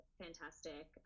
fantastic